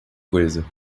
coisa